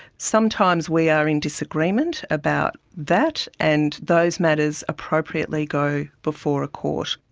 sometimes we are in disagreement about that, and those matters appropriately go before a court.